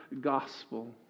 gospel